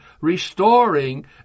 restoring